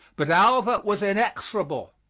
but alva was inexorable.